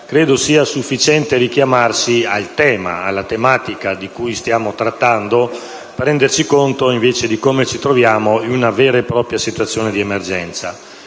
credo sia sufficiente richiamarsi alla tematica di cui stiamo trattando per renderci conto, invece, che ci troviamo in una vera e propria situazione di emergenza.